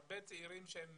הרבה צעירים שהם